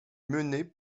menée